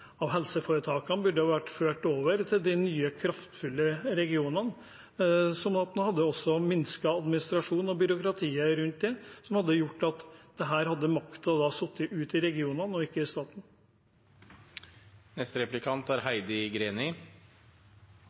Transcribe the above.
de nye kraftfulle regionene, sånn at man også hadde minsket administrasjonen og demokratiet rundt det – noe som hadde gjort at makten hadde sittet ute i regionene og ikke hos staten. Representanten Skjelstad og jeg er